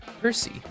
Percy